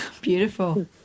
Beautiful